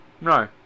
No